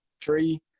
tree